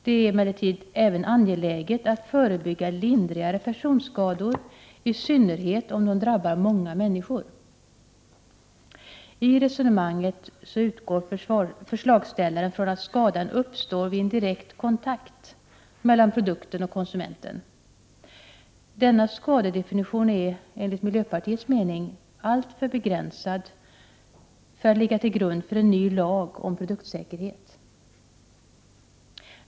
Det är emellertid även angeläget att förebygga lindrigare personskador, i synnerhet om de drabbar många människor.” I resonemanget utgår förslagsställaren från att skadan uppstår vid en direkt kontakt mellan produkten och konsumenten. Denna skadedefinition är, enligt miljöpartiets mening, alltför begränsad för att ligga till grund för en ny lag om produktsäkerhet.